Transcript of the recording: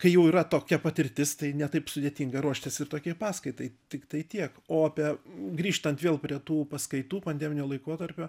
tik kai jau yra tokia patirtis tai ne taip sudėtinga ruoštis ir tokiai paskaitai tiktai tiek o apie grįžtant vėl prie tų paskaitų pandeminio laikotarpio